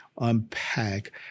unpack